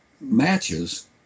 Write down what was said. matches